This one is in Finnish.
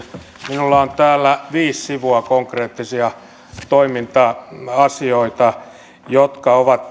minulla on täällä viisi sivua konkreettisia toiminta asioita jotka ovat